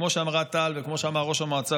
כמו שאמרה טל וכמו שאמר ראש המועצה,